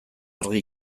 argi